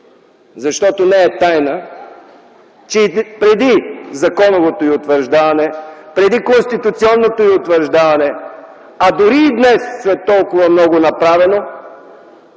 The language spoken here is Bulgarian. Не е тайна, че и преди законовото й утвърждаване, преди конституционното й утвърждаване, а дори и днес, след толкова много направено,